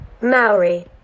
Maori